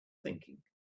thinking